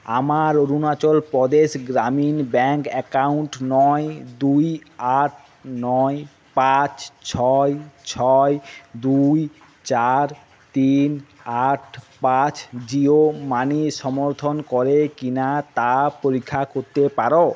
আমার Arunachal Pradesh Gramin bank account নয় দুই আট নয় পাঁচ ছয় ছয় দুই চার তিন আট পাঁচ জিও মানি সমর্থন করে কি না তা পরীক্ষা করতে পারো